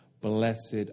Blessed